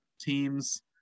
teams